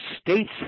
states